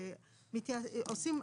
עושים,